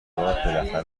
بالاخره